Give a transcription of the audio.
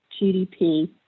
GDP